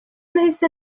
nahise